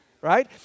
Right